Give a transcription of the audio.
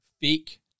fake